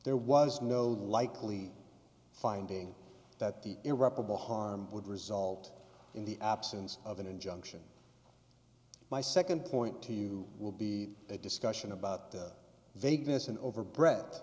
there was no likely finding that the irreparable harm would result in the absence of an injunction my second point to you will be a discussion about the vagueness and over bre